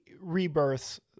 rebirths